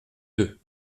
deux